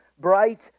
bright